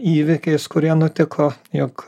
įvykiais kurie nutiko juk